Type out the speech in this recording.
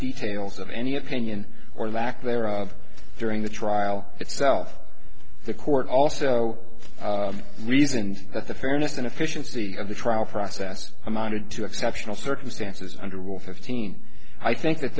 details of any opinion or lack thereof during the trial itself the court also reasons that the fairness and efficiency of the trial for us s amounted to exceptional circumstances under will fifteen i think that